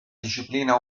disciplina